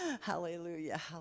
Hallelujah